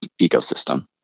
ecosystem